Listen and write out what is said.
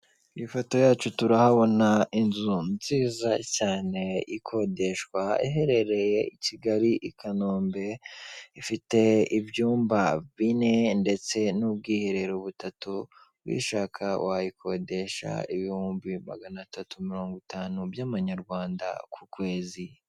Mu ifoto yacu turahabona inzu nziza cyane ikodeshwa iherereye i Kigali i Kanombe ifite ibyumba bine ndetse n'ubwiherero butatu uyishaka wayikodesha ibihumbi magana atatu mirongo itanu by'amanyarwanda ku kwezi.